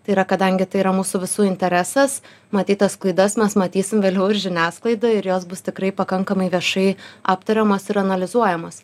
tai yra kadangi tai yra mūsų visų interesas matyt tas klaidas mes matysim vėliau ir žiniasklaidoj ir jos bus tikrai pakankamai viešai aptariamos ir analizuojamos